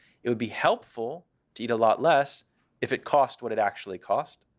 it would be helpful to eat a lot less if it cost what it actually cost.